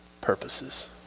purposes